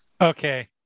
Okay